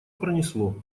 пронесло